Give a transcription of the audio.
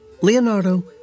Leonardo